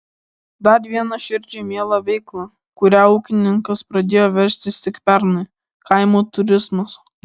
dar viena širdžiai miela veikla kuria ūkininkas pradėjo verstis tik pernai kaimo turizmas